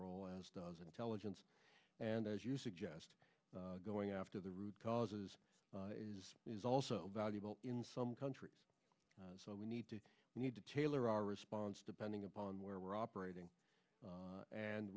role as does intelligence and as you suggest going after the root causes is also valuable in some countries so we need to need to tailor our response depending upon where we're operating